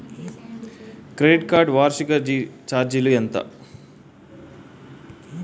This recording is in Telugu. క్రెడిట్ కార్డ్ వార్షిక ఛార్జీలు ఎంత?